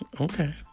okay